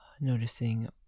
Noticing